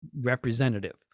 representative